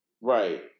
Right